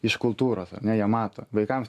iš kultūros ar ne jie mato vaikams